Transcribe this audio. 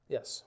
Yes